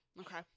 Okay